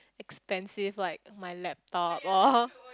expensive like my laptop or